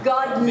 God